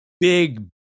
big